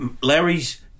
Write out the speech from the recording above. Larry's